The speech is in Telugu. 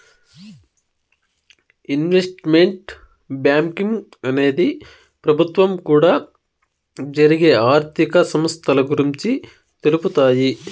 ఇన్వెస్ట్మెంట్ బ్యాంకింగ్ అనేది ప్రభుత్వం కూడా జరిగే ఆర్థిక సంస్థల గురించి తెలుపుతాయి